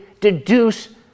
deduce